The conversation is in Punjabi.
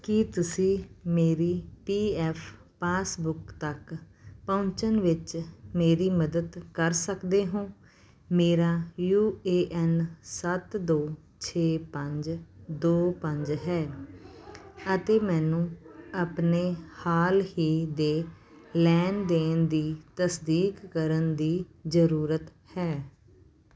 ਕੀ ਤੁਸੀਂ ਮੇਰੀ ਪੀਐੱਫ ਪਾਸਬੁੱਕ ਤੱਕ ਪਹੁੰਚਣ ਵਿੱਚ ਮੇਰੀ ਮਦਦ ਕਰ ਸਕਦੇ ਹੋ ਮੇਰਾ ਯੂ ਏ ਐਨ ਸੱਤ ਦੋ ਛੇ ਪੰਜ ਦੋ ਪੰਜ ਹੈ ਅਤੇ ਮੈਨੂੰ ਆਪਣੇ ਹਾਲ ਹੀ ਦੇ ਲੈਣ ਦੇਣ ਦੀ ਤਸਦੀਕ ਕਰਨ ਦੀ ਜ਼ਰੂਰਤ ਹੈ